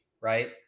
right